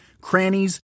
crannies